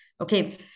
okay